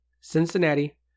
Cincinnati